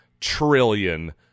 trillion